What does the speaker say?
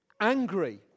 angry